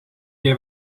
jij